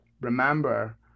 remember